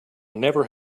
never